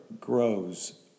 grows